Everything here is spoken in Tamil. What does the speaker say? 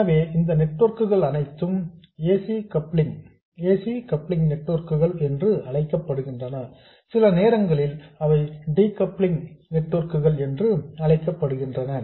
எனவே இந்த நெட்வொர்க்குகள் அனைத்தும் ac கப்ளிங் நெட்வொர்க்குகள் என்று அழைக்கப்படுகின்றன சில நேரங்களில் அவை டிகப்ளிங் நெட்வொர்க்குகள் என்று அழைக்கப்படுகின்றன